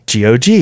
GOG